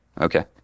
Okay